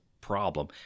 problem